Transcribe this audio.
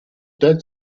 dead